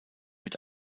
mit